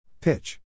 Pitch